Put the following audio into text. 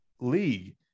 league